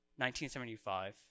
1975